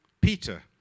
Peter